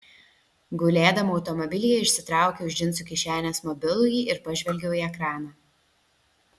gulėdama automobilyje išsitraukiau iš džinsų kišenės mobilųjį ir pažvelgiau į ekraną